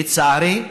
לצערי,